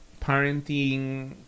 parenting